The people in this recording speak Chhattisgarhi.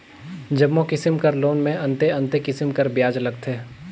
जम्मो किसिम कर लोन में अन्ते अन्ते किसिम कर बियाज लगथे